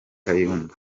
kayumba